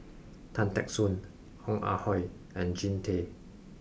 Tan Teck Soon Ong Ah Hoi and Jean Tay